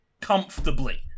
comfortably